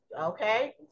Okay